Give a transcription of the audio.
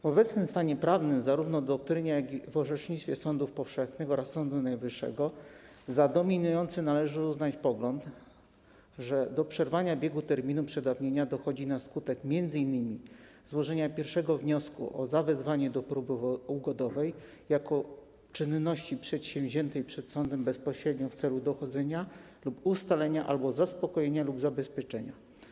W obecnym stanie prawnym zarówno w doktrynie, jak i w orzecznictwie sądów powszechnych oraz Sądu Najwyższego za dominujący należy uznać pogląd, że do przerwania biegu terminu przedawnienia dochodzi na skutek m.in. złożenia pierwszego wniosku o zawezwanie do próby ugodowej, jako czynności przedsięwziętej przed sądem bezpośrednio w celu dochodzenia lub ustalenia albo zaspokojenia lub zabezpieczenia.